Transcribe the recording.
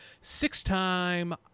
six-time